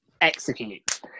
execute